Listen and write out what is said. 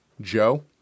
Joe